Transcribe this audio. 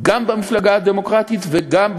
גם במפלגה הדמוקרטית וגם,